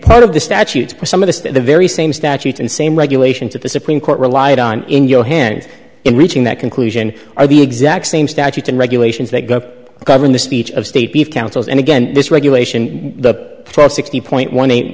part of the statutes put some of the very same statutes and same regulations that the supreme court relied on in your hands in reaching that conclusion are the exact same statutes and regulations that go govern the speech of state beef councils and again this regulation the sixty point one eight